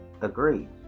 agreed